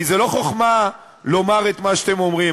כי זה לא חוכמה לומר את מה שאתם אומרים,